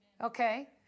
Okay